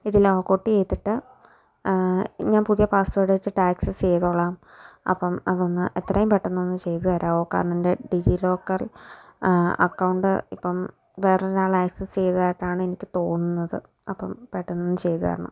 ഇത് log out ചെയ്തിട്ട് ഞാൻ പുതിയ പാസ്വേഡ് വെച്ചിട്ടു ആക്സസ്സ് ചെയ്തോളാം അപ്പം അതൊന്ന് എത്രയും പെട്ടെന്നൊന്നു ചെയ്തു തരാമോ കാരണം എന്റെ ഡിജി ലോക്കർ അക്കൗണ്ട് ഇപ്പം വേറൊരാൾ ആക്സസ്സ് ചെയ്തതായിട്ടാണെനിക്കു തോന്നുന്നത് അപ്പം പെട്ടെന്നൊന്നു ചെയ്തു തരണം